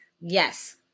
Yes